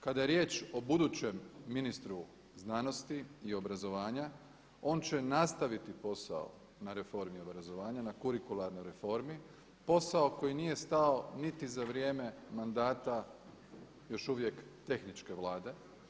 Kada je riječ o budućem ministru znanosti i obrazovanja on će nastaviti posao na reformi obrazovanja, na kurikularnoj reformi, posao koji nije stao niti za vrijeme mandata još uvijek tehničke Vlade.